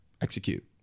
Execute